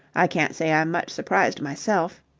i can't say i'm much surprised myself.